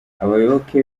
abayoboke